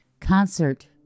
concert